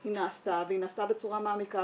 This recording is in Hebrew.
היא נעשתה והיא נעשתה בצורה מעמיקה